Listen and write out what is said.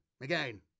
Again